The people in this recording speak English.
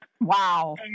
Wow